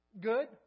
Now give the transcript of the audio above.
good